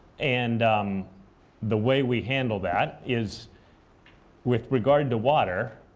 and the way we handle that is with regard to water,